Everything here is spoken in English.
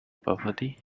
poverty